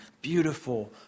beautiful